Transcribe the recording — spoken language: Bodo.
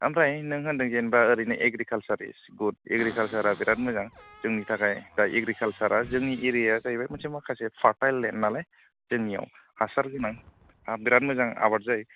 आमफ्राय नों होनदों जेन'बा ओरैनो एग्रिकालचार इस गुड एग्रिकालचारआ बिराथ मोजां जोंनि थाखाय दा एग्रिकालचारा जोंनि एरियाया जाहैबाय मोनसे माखासे फारटाइल लेन्ड नालाय जोंनियाव हासार होनान बिराथ मोजां आबाद जायो